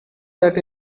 that